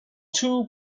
two